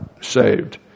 saved